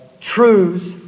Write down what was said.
truths